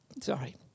Sorry